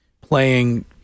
playing